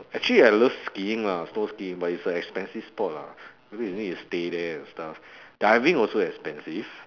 actually I love skiing lah snow skiing but it's a expensive sport lah maybe you need to stay there and stuff diving also expensive